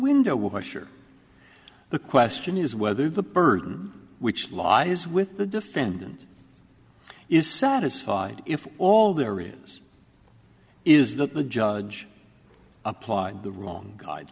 window washer the question is whether the burden which lies with the defendant is satisfied if all there is is that the judge applied the wrong guide